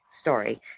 story